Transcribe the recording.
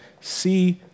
see